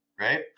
right